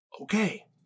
Okay